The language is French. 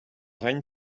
règne